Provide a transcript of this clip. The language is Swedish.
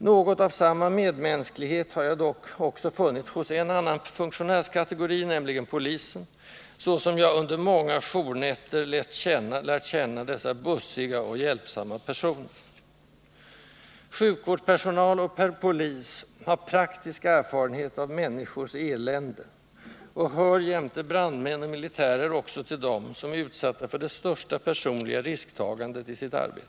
Något av samma medmänsklighet har jag dock också funnit hos en annan funktionärskategori, nämligen polisen, så som jag under många journätter lärt känna dessa bussiga och hjälpsamma personer. Sjukvårdspersonal och polis har praktisk erfarenhet av människors elände och hör jämte brandmän och militärer också till dem som är utsatta för det största personliga risktagandet i sitt arbete.